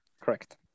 correct